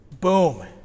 Boom